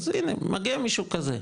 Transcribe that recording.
אז הנה מגיע מישהו כזה,